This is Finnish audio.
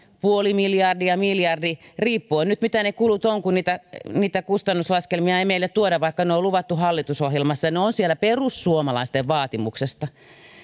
puoli miljardia miljardi riippuen nyt siitä mitä ne kulut ovat kun niitä kustannuslaskelmia ei meille tuoda vaikka ne luvattu hallitusohjelmassa ja ne ovat siellä perussuomalaisten vaatimuksesta